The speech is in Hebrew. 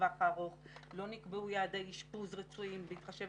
לטווח הארוך; לא נקבעו יעדי אשפוז רפואיים בהתחשב